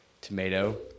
Tomato